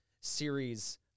series